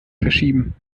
verschieben